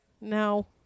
no